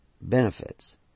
benefits